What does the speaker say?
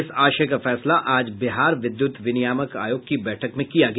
इस आशय का फैसला आज बिहार विद्युत विनियामक आयोग की बैठक में किया गया